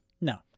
No